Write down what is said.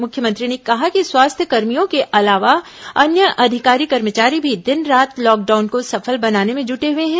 मुख्यमंत्री ने कहा कि स्वास्थ्यकर्मियों के अलावा अन्य अधिकारी कर्मचारी भी दिन रात लॉकडाउन को सफल बनाने में जुटे हुए हैं